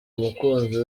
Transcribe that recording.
umukunzi